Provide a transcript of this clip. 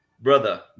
Brother